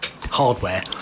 hardware